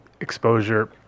exposure